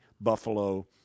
Buffalo